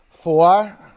Four